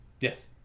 yes